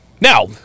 Now